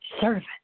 Servant